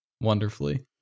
wonderfully